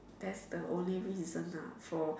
that's the only reason ah for